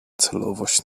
celowość